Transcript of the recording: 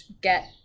get